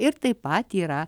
ir taip pat yra